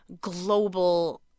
global